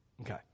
Okay